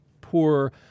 poor